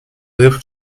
live